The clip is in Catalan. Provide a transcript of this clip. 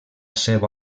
seva